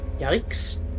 yikes